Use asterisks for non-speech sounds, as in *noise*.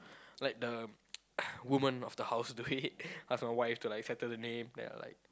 let the *noise* woman of the house do it ask my wife to like settle the name then I'll like